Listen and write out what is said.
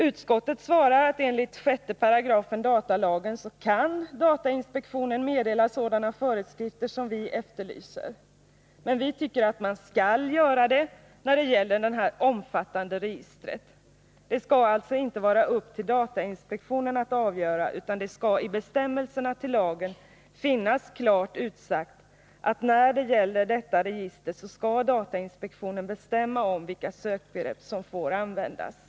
Utskottet svarar att enligt 6 § datalagen kan datainspektionen meddela sådana föreskrifter som vi efterlyser. Men vi tycker att man skall göra det när det gäller detta omfattande register. Den här frågan skall det alltså inte vara upp till datainspektionen att avgöra, utan det skalli bestämmelserna till lagen Nr 47 finnas klart utsagt att när det gäller detta register skall datainspektionen Torsdagen den bestämma vilka sökbegrepp som får användas.